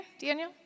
Daniel